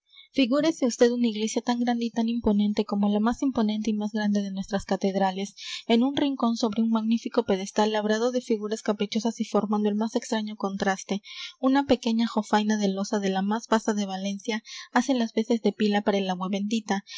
figúrese usted una iglesia tan grande y tan imponente como la más imponente y más grande de nuestras catedrales en un rincón sobre un magnífico pedestal labrado de figuras caprichosas y formando el más extraño contraste una pequeña jofaina de loza de la más basta de valencia hace las veces de pila para el agua bendita